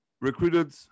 recruited